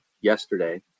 yesterday